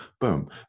boom